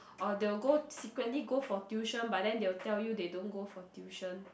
or they'll go secretly go for tuition but then they will tell you they don't go for tuition